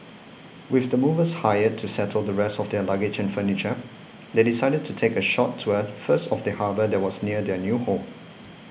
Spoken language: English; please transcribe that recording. with the movers hired to settle the rest of their luggage and furniture they decided to take a short tour first of the harbour that was near their new home